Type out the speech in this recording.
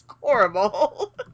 Horrible